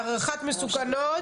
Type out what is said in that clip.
הערכת מסוכנות,